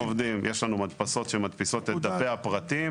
מדפסות שמדפיסות את דפי הפרטים,